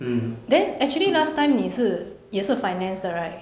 嗯